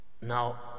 Now